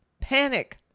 panic